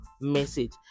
message